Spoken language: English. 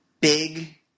big